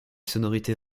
sonorités